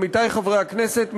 עמיתי חברי הכנסת,